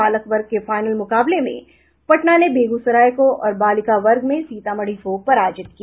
बालक वर्ग के फाइनल मुकाबले में पटना ने बेगूसराय को और बालिका वर्ग में सीतामढ़ी को पराजित किया